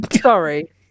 Sorry